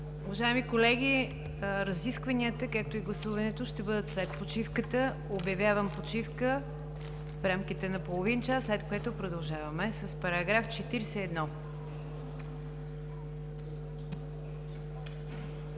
Уважаеми колеги, разискванията, както и гласуването, ще бъдат след почивката. Обявявам почивка в рамките на половин час, след което продължаваме с § 41.